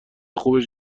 خوبش